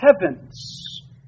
heaven's